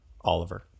Oliver